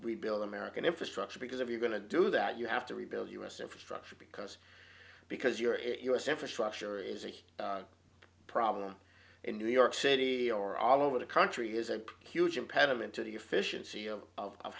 rebuild american infrastructure because if you're going to do that you have to rebuild u s infrastructure because because you're it u s infrastructure is a problem in new york city or all over the country is a huge impediment to the efficiency of of